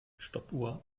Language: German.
stoppuhr